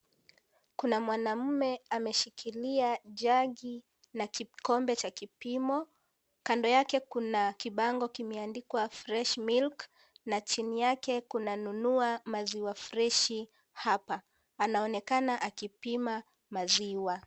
Kuna mwanaume ameshikilia jagi na kikombe cha kipimo, kando yake Kuna kibango kimeandikwa fresh milk ,na chini yake kimeandikwa nunua maziwa freshi hapa. Anaonekana akipima maziwa.